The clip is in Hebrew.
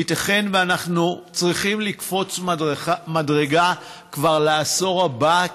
ייתכן שאנחנו צריכים לקפוץ מדרגה כבר לעשור הבא,